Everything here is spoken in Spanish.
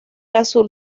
azul